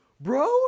bro